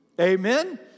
Amen